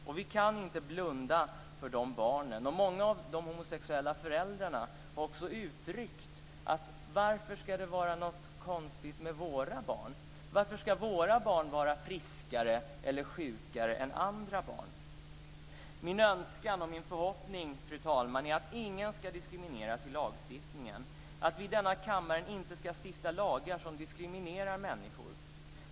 Och vi kan inte blunda för dessa barn. Många av de homosexuella föräldrarna har också uttryckt: Varför ska det vara något konstigt med våra barn? Varför ska våra barn vara friskare eller sjukare än andra barn? Min önskan och min förhoppning, fru talman, är att ingen ska diskrimineras i lagstiftningen, att vi i denna kammare inte ska stifta lagar som diskriminerar människor.